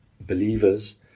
believers